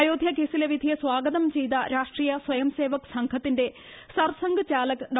അയോധ്യകേസിലെ വിധിയെ സ്വാഗതം ചെയ്ത രാഷ്ട്രീയ സ്വയംസേവക് സംഘത്തിന്റെ സർസംഘ് ചാലക് ഡോ